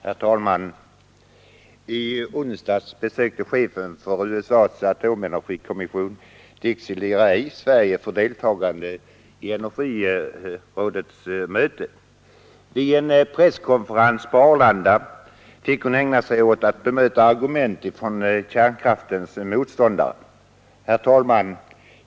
Herr talman! I onsdags besökte chefen för USA:s atomenergikommission Dixie Lee Ray Sverige för deltagande i energirådets möte. Vid en presskonferens på Arlanda fick hon ägna sig åt att bemöta argument från kärnkraftens motståndare. Herr talman!